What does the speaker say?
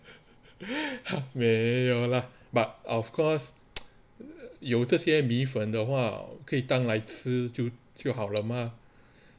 没有啦 but of course you 这些米粉的话可以当来吃就就好了吗